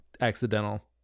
accidental